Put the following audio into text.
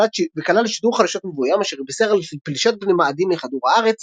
וכלל שידור חדשות מבוים אשר בישר על פלישת בני מאדים לכדור הארץ,